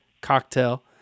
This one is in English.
cocktail